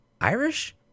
Irish